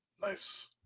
Nice